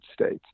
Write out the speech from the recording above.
States